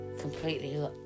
completely